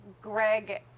Greg